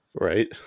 Right